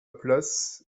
place